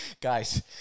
Guys